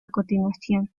continuación